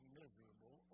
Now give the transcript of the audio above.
miserable